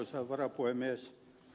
arvoisa puhemies